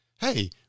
hey